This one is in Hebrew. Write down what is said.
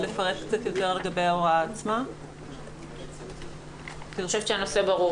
אנחנו נפרט את ההוראות החוקיות, כשנגיע לזה.